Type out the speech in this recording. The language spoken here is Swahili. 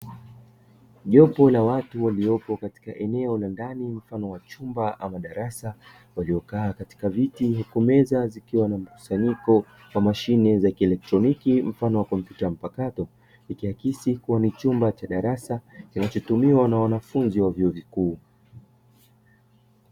Jopo la watu waliopo katika eneo la ndani mfano wa chumba ama darasa waliokaa katika viti, huku meza zikiwa na mkusanyiko wa mashine za kielektroniki mfano wa kompyuta mpakato, ikiakisi kuwa ni chumba cha darasa kinachotumiwa na wanafunzi wa vyuo vikuu.